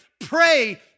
Pray